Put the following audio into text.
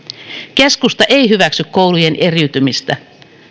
keskusta ei hyväksy koulujen eriytymistä